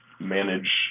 manage